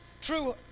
True